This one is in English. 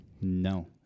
No